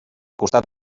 costat